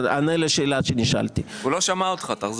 עוד לא יודעים מה תהיה הקואליציה המתהווה.